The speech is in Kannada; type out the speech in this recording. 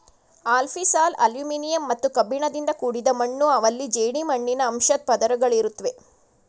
ಅಲ್ಫಿಸಾಲ್ ಅಲ್ಯುಮಿನಿಯಂ ಮತ್ತು ಕಬ್ಬಿಣದಿಂದ ಕೂಡಿದ ಮಣ್ಣು ಅವಲ್ಲಿ ಜೇಡಿಮಣ್ಣಿನ ಅಂಶದ್ ಪದರುಗಳಿರುತ್ವೆ